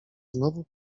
znowu